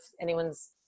anyone's